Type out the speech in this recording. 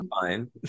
fine